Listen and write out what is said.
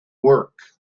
work